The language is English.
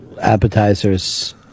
appetizers